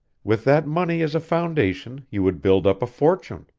with that money as a foundation, you would build up a fortune.